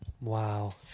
Wow